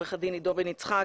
עורך הדין עידו בן יצחק,